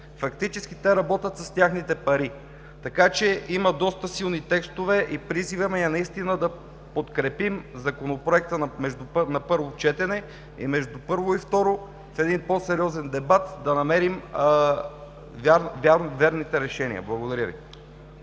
Фактически те работят с техните пари. Има доста силни текстове и призивът ми е наистина да подкрепим Законопроекта на първо четене и между първо и второ четене, при един по-сериозен дебат да намерим верните решения. Благодаря Ви.